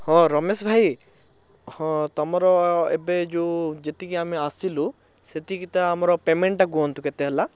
ହଁ ରମେଶ ଭାଇ ହଁ ତୁମର ଏବେ ଯେଉଁ ଯେତିକି ଆମେ ଆସିଲୁ ସେତିକି ତା' ଆମର ପେମେଣ୍ଟଟା କୁହନ୍ତୁ କେତେ ହେଲା